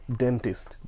dentist